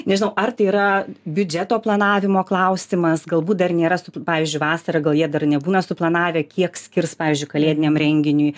nežinau ar tai yra biudžeto planavimo klausimas galbūt dar nėra su pavyzdžiui vasarą gal jie dar nebūna suplanavę kiek skirs pavyzdžiui kalėdiniam renginiui